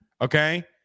okay